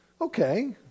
Okay